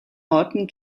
orten